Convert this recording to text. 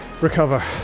recover